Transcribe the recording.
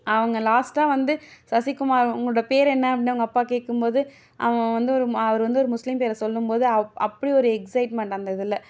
அவங்க லாஸ்ட்டாக வந்து சசிகுமார் உங்களோடய பேர் என்ன அப்படின்னு அவங்க அப்பா கேட்கும்போது அவன் வந்து ஒரு ம அவர் வந்து ஒரு முஸ்லீம் பேரை சொல்லும் போது அவ் அப்படி ஒரு எக்ஸைட்மெண்ட் அந்த இதில்